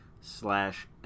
slash